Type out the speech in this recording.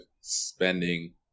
spending